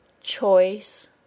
choice